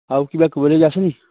আৰু কিবা ক'ব লগা আছে নেকি